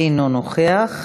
אינו נוכח.